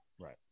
Right